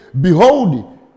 Behold